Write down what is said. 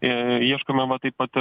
ir ieškomama taip pat